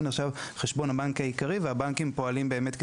הוא נחשב חשבון הבנק העיקרי והבנקים באמת פועלים